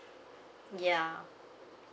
ya